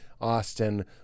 Austin